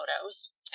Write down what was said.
photos